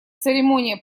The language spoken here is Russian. церемония